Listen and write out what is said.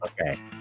Okay